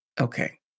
Okay